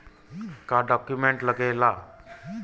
का डॉक्यूमेंट लागेला?